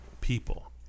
people